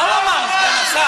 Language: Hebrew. מה הוא אמר, סגן השר?